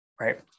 right